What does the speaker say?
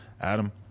Adam